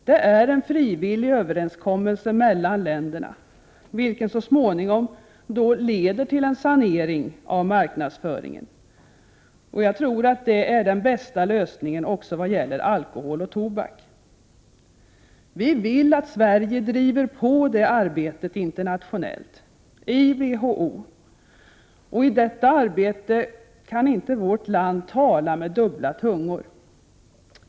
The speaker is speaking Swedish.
Det är en frivillig överenskommelse mellan länderna, vilken så småningom leder till en sanering av marknadsföringen. Detta är nog den bästa lösningen också i vad gäller alkohol och tobak. Vi vill att Sverige driver på det arbetet internationellt, i WHO, och i detta arbete kan inte vårt land tala med dubbla tungor.